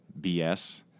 bs